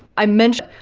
i mentioned,